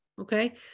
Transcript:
okay